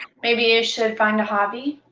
maybe you should find a hobby?